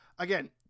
Again